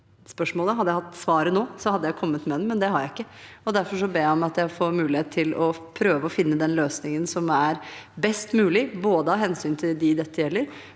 hadde jeg hatt svaret nå, hadde jeg kommet med det, men det har jeg ikke. Derfor ber jeg om at jeg får mulighet til å prøve å finne den løsningen som er best mulig, både av hensyn til dem dette gjelder,